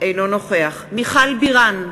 אינו נוכח מיכל בירן,